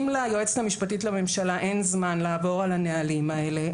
אם ליועצת המשפטית לממשלה אין זמן לעבור על הנהלים האלה,